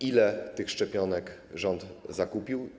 Ile tych szczepionek rząd zakupił?